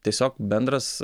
tiesiog bendras